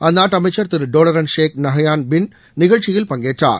அந்நாட்டு அமைச்சர் திரு டோலரன்ஸ் ஷேக் நஹாயன் பின் நிகழ்ச்சியில் பங்கேற்றார்